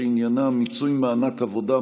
שעניינה מיצוי מענק עבודה,